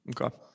Okay